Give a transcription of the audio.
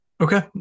Okay